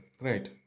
right